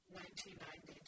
1990